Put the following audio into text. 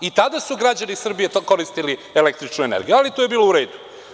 I tada su građani Srbije koristili električnu energiju, ali to je bilo u redu.